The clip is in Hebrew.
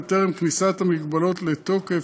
בטרם כניסת המגבלות לתוקף,